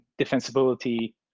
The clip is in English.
defensibility